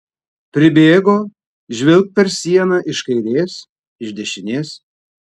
pribėgo žvilgt per sieną iš kairės iš dešinės